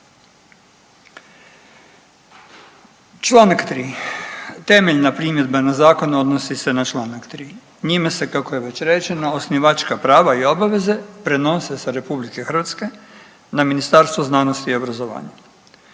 Članak 3. temeljna primjedba na zakon odnosi se na članak 3. Njime se kako je već rečeno osnivačka prava i obaveze prenose sa Republike Hrvatske na Ministarstvo znanosti i obrazovanja.